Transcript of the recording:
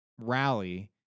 rally